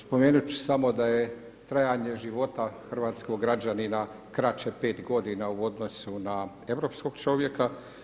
Spomenuti ću samo da je trajanje života hrvatskog građanina kraće 5 godina u odnosu na europskog čovjeka.